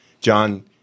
John